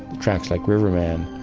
tracks like river man,